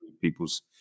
people's